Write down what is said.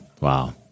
Wow